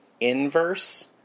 inverse